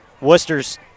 Worcester's